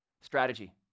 Strategy